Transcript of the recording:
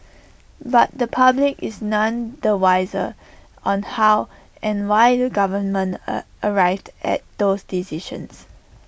but the public is none the wiser on how and why the government A arrived at those decisions